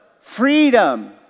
freedom